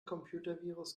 computervirus